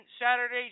Saturday